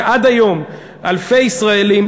שעד היום אלפי ישראלים,